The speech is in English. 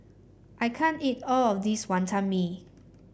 I can't eat all of this Wantan Mee